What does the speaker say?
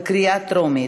בקריאה טרומית.